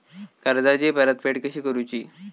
कर्जाची परतफेड कशी करुची?